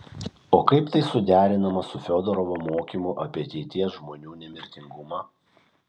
o kaip tai suderinama su fiodorovo mokymu apie ateities žmonių nemirtingumą